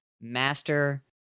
Master